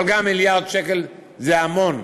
אבל גם מיליארד שקל זה המון.